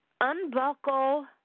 unbuckle